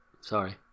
Sorry